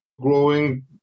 growing